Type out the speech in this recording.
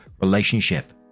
relationship